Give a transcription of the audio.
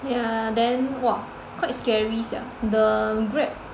ya then !wah! quite scary sia the Grab